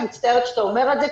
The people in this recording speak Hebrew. אני מצטערת שאתה אומר את זה,